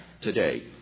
today